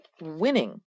Winning